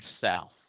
South